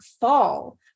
fall